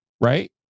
right